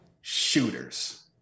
shooters